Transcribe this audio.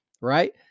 right